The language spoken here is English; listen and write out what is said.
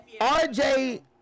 RJ